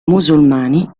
musulmani